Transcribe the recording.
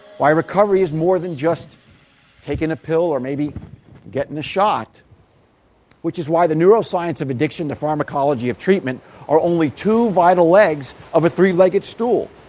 why recovery is more than just taking a pill or maybe getting a shot which is why the neuroscience of addiction to the pharmacology of treatment are only two vital legs of a three legged stool.